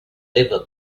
liver